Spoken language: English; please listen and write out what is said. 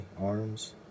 arms